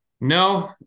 No